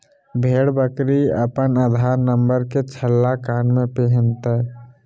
भेड़ बकरी अपन आधार नंबर के छल्ला कान में पिन्हतय